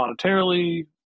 monetarily